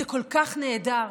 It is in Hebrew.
זה כל כך נהדר.